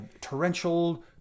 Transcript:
torrential